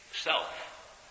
self